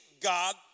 God